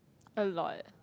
a lot